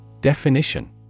Definition